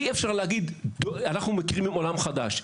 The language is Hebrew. אי אפשר להגיד ״אנחנו מקימים עולם חדש״.